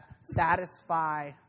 satisfy